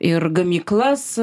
ir gamyklas